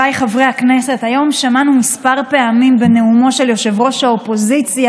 שעה) (עונש מזערי על החזקת נשק בלא רשות על פי דין),